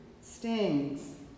stings